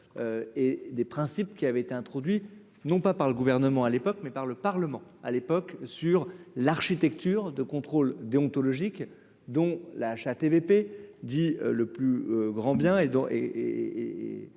et des principes qui avait été introduit. Non pas par le gouvernement à l'époque, mais par le Parlement à l'époque sur l'architecture de contrôle déontologique dont la HATVP dit le plus grand bien, et